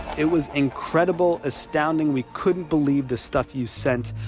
it was incredible. astounding. we couldn't believe the stuff you sent.